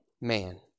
man